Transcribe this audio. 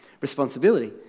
responsibility